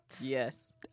Yes